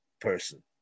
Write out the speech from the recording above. person